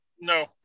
No